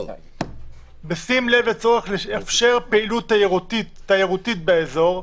בשים לב לצורך לאפשר פעילות תיירותית באזור,